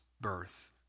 birth